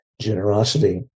generosity